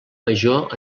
major